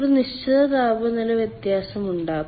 ഒരു നിശ്ചിത താപനില വ്യത്യാസം ഉണ്ടാകും